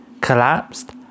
collapsed